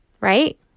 right